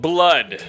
Blood